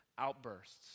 outbursts